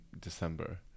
december